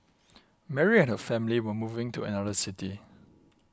Mary and her family were moving to another city